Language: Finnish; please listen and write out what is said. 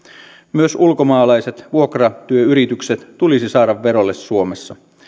myös ulkomaalaiset vuokratyöyritykset tulisi saada verolle suomessa